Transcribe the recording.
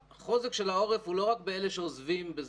החוזק של העורף הוא לא רק באלה שעוזבים את